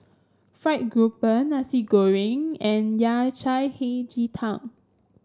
fried grouper Nasi Goreng and Yao Cai Hei Ji Tang